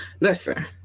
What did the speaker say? listen